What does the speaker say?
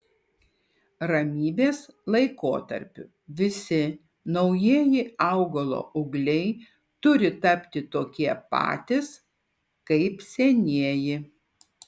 ramybės laikotarpiu visi naujieji augalo ūgliai turi tapti tokie patys kaip senieji